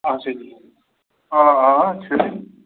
اَچھا ٹھیٖک آ آ چھِ ہَے